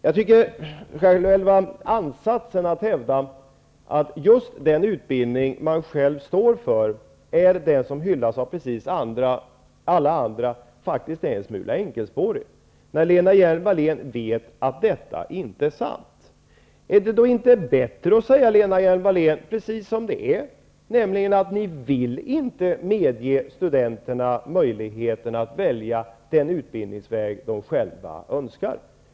Jag tycker att själva ansatsen att hävda att just den utbildning som man själv står för är den som hyllas av precis alla andra faktiskt är en smula enkelspårig. Lena Hjelm-Wallén vet att det inte är sant. Är det inte då bättre, Lena Hjelm-Wallén, att säga precis som det är, nämligen att ni inte vill medge studenterna möjligheten att välja den utbildningsväg som de själva önskar.